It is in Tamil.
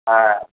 ஆ